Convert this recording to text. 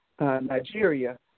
Nigeria